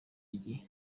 igihe